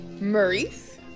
Maurice